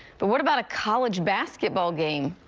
but what about a college basketball game?